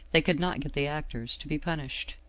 they could not get the actors to be punished.